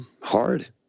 hard